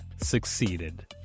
succeeded